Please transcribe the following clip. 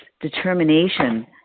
determination